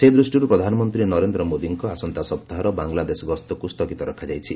ସେ ଦୃଷ୍ଟିରୁ ପ୍ରଧାନମନ୍ତ୍ରୀ ନରେନ୍ଦ୍ର ମୋଦିଙ୍କ ଆସନ୍ତା ସପ୍ତାହର ବାଂଲାଦେଶ ଗସ୍ତକୁ ସ୍ଥଗିତ ରଖାଯାଇଛି